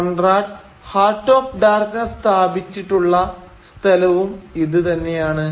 Conrad 'Heart of Darkness' സ്ഥാപിച്ചിട്ടുള്ള സ്ഥലവും ഇതാണ്